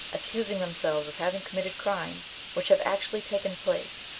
accusing themselves of having committed crimes which have actually taken place,